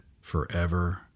forever